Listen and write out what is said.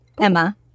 Emma